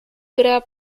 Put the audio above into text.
gra